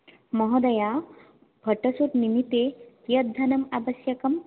महोदये फ़ोटोशूट् निमित्तं कियत् धनम् आवश्यकम्